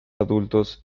adultos